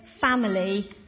family